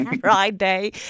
Friday